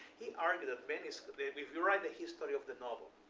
he argued that many so if you write the history of the novel,